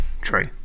True